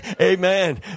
Amen